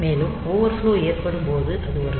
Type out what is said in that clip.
மேலும் ஓவர்ஃப்லோ ஏற்படும் போது அது வரும்